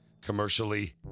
commercially